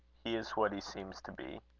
he is what he seems to be.